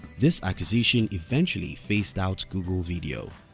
this acquisition eventually phased out google video.